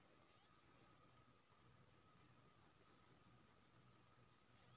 रसायनिक उर्वरक के बेसी प्रयोग से खेत पर की असर परै छै?